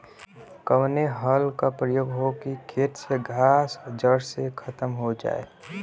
कवने हल क प्रयोग हो कि खेत से घास जड़ से खतम हो जाए?